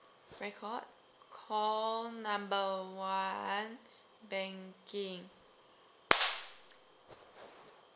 record call number one banking